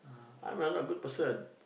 I'm a not good person